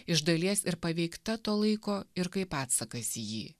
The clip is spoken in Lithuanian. iš dalies ir paveikta to laiko ir kaip atsakas į jį